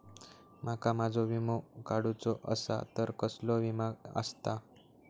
माका माझो विमा काडुचो असा तर कसलो विमा आस्ता?